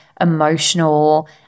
emotional